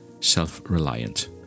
self-reliant